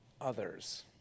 others